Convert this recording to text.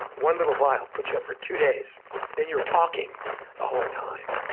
one little vial puts you up for two days and you were talking the whole time.